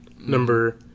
number